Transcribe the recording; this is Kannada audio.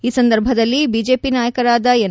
ಈ ಸಂದರ್ಭದಲ್ಲಿ ಬಿಜೆಪಿ ನಾಯಕರಾದ ಎನ್